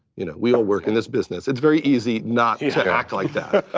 you know, we all work in this business. it's very easy not to act like that.